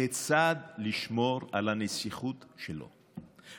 כיצד לשמור על הנסיכות שלו,